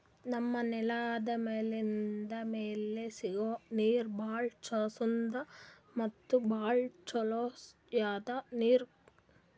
ನಮ್ಮ್ ನೆಲದ್ ಮ್ಯಾಲಿಂದ್ ಮ್ಯಾಲೆ ಸಿಗೋ ನೀರ್ ಭಾಳ್ ಸುದ್ದ ಮತ್ತ್ ಭಾಳ್ ರುಚಿಯಾದ್ ನೀರ್